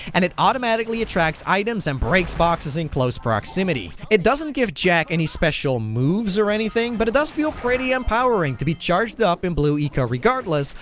and it automatically attracts items and breaks boxes in close proximity. it doesn't give jak any special moves or anything, but it does feel pretty empowering to be charged up in blue eco regardless,